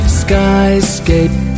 skyscape